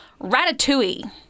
Ratatouille